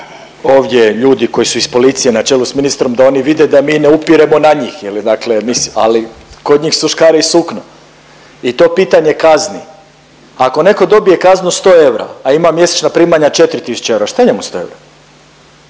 ovdje ljudi koji su iz policije na čelu s ministrom, da oni vide da mi ne upiremo na njih je li dakle, mislim, ali kod njih su škare i sukno. I to pitanje kazni. Ako netko dobije kaznu 100 eura, a ima mjesečna primanja 4 tisuće eura, šta je njemu 100 eura.